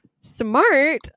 smart